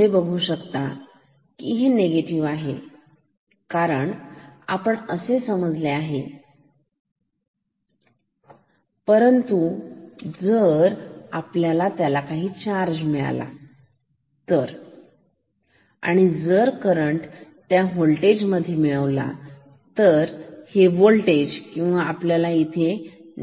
तुम्ही बघू शकता हे निगेटिव्ह आहे कारण आपण असे समजले आहे परंतु जर त्याला काही चार्ज मिळाला तर आणि जर करंट त्या होल्टेज मध्ये मिळवला तर हे होल्टेज किंवा आपल्याला इथे